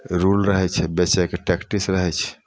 rule रहै छै बेचैके टैकटिस रहै छै